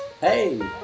Hey